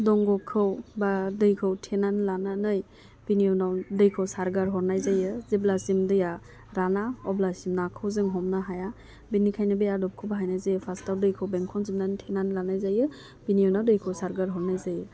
दंग'खौ बा दैखौ थेनानै लानानै बिनि उनाव दैखौ सारगार हरनाय जायो जेब्लासिम दैया राना अब्लासिम नाखौ जोंं हमनो हाया बिनिखायनो बे आदबखौ बाहायनाय जायो फार्स्टाव दैखौ बेंखनजोबनानै थेनानै लानाय जायो बिनि उनाव दैखौ सारगार हरनाय जायो